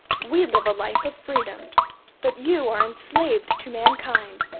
we live a life of freedom but you are enslaved to mankind,